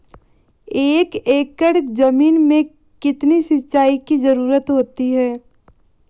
एक एकड़ ज़मीन में कितनी सिंचाई की ज़रुरत होती है?